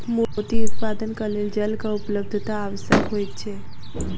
मोती उत्पादनक लेल जलक उपलब्धता आवश्यक होइत छै